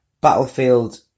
Battlefield